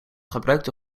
gebruikte